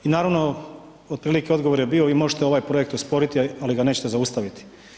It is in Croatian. I naravno, otprilike odgovor je bio, vi možete ovaj projekt usporiti ali ga nećete zaustaviti.